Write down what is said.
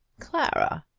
clara!